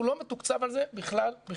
הוא לא מתוקצב על זה בכלל בכלל.